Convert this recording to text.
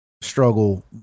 struggle